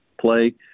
play